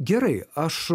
gerai aš